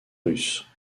russes